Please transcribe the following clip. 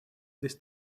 this